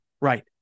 right